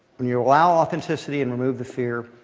when you allow authenticity and remove the fear,